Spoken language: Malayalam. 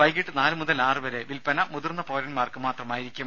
വൈകീട്ട് നാലു മുതൽ ആറു വരെ വിൽപന മുതിർന്ന പൌരൻമാർക്ക് മാത്രമായിരിക്കും